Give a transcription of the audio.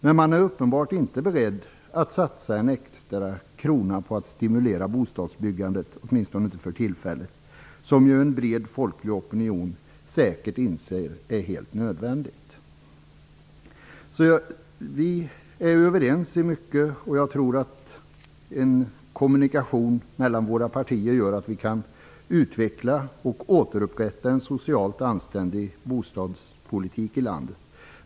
Men man är uppenbarligen inte beredd att satsa en extra krona på att stimulera bostadsbyggandet - åtminstone inte för tillfället - vilket en bred folklig opinion säkert inser är helt nödvändigt. Vi är överens om mycket. Jag tror att en kommunikation mellan våra partier gör att vi kan utveckla och återupprätta en socialt anständig bostadspolitik i landet.